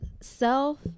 self